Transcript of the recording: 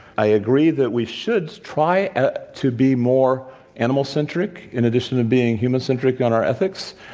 i agree that we should try ah to be more animal centric in addition to being human centric on our ethics,